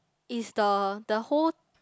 it's the the whole